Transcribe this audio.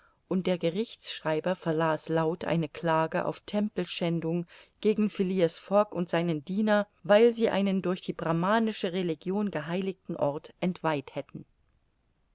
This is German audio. und der gerichtsschreiber verlas laut eine klage auf tempelschändung gegen phileas fogg und seinen diener weil sie einen durch die brahmanische religion geheiligten ort entweiht hätten